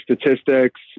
statistics